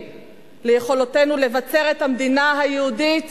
ליכולותינו לבצר את המדינה היהודית